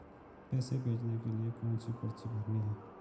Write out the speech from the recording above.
पैसे भेजने के लिए कौनसी पर्ची भरनी है?